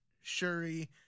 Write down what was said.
Shuri